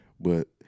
but-